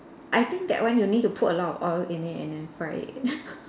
I think that one you need to put a lot of oil in it and then fry it